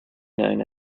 known